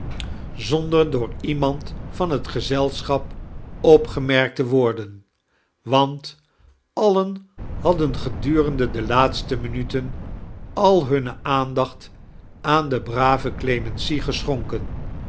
zonder door iemand van het geaelschap opgeimerkt t wordm want alien hadden gedurende de laatste minuten al hunne aandacht aan de brave clemency gescihonkea